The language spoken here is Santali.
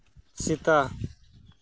ᱥᱤᱛᱟ